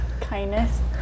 Kindness